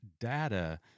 data